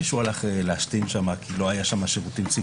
ומישהו הלך להשתין כי לא היו שם שירותים ציבוריים.